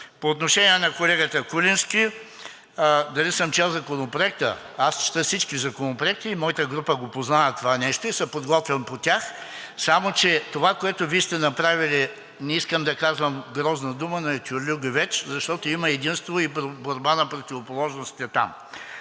По отношение на колегата Куленски дали съм чел Законопроекта. Аз чета всички законопроекти, моята група познава това нещо и се подготвям по тях. Само че това, което Вие сте направили, не искам да казвам грозна дума, но е тюрлюгювеч, защото има единство и борба на противоположностите там.